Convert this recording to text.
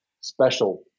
special